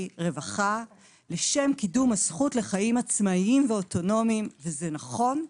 רווחה לשם קידום הזכות לחיים עצמאיים ואוטונומיים וזה נכון,